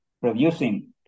producing